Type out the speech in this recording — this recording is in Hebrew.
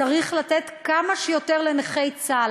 צריך לתת כמה שיותר לנכי צה"ל.